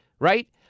Right